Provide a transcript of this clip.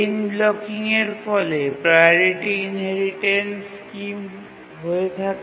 chain ব্লকিংয়ের ফলে priority inheritance scheme হয়ে থাকে